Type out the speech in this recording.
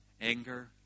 anger